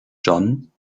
john